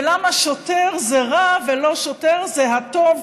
ולמה שוטר זה הרע ולא שוטר זה הטוב,